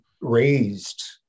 raised